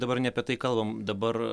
dabar ne apie tai kalbam dabar